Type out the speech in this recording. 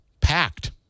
packed